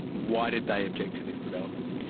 why did they object to this development?